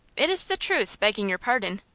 it is the truth, begging your pardon.